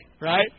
right